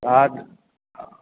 हा